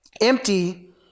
empty